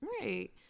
Right